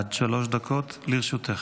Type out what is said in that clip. עד שלוש דקות לרשותך.